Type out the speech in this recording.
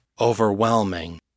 overwhelming